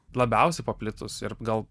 labiausiai paplitus ir gal